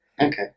Okay